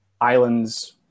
islands